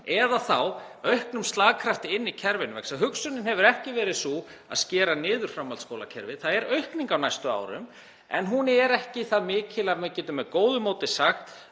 eða þá auknum slagkrafti inni í kerfinu. Hugsunin hefur ekki verið sú að skera niður framhaldsskólakerfið. Það er aukning framlaga á næstu árum en hún er ekki það mikil að maður geti með góðu móti sagt